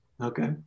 okay